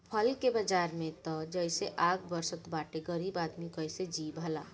फल के बाजार में त जइसे आग बरसत बाटे गरीब आदमी कइसे जी भला